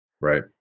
Right